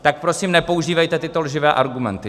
Tak prosím nepoužívejte tyto lživé argumenty!